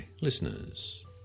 listeners